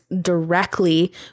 directly